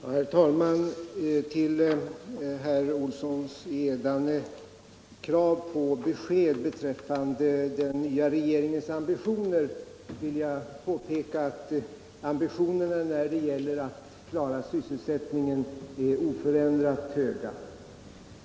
Herr talman! Med anledning av herr Olssons i Edane krav på besked beträffande den nya regeringens ambitioner vill jag framhålla att ambitionen när det gäller att klara sysselsättningen är oförändrat hög.